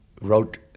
wrote